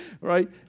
right